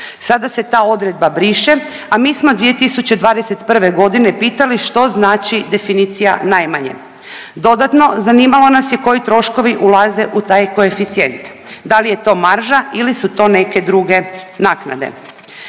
sada se ta odredba briše, a mi smo 2021.g. pitali što znači definicija najmanje. Dodatno zanimalo nas je koji troškovi ulaze u taj koeficijent, da li je to marža ili su to neke druge naknade.